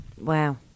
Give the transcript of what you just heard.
Wow